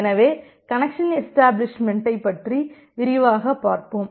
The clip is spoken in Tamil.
எனவே கனெக்சன் எஷ்டபிளிஷ்மெண்ட்டை பற்றி விரிவாக பார்ப்போம்